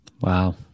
wow